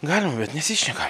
galima bet nesišneka